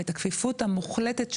ואת הכפיפות המוחלטת,